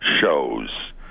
shows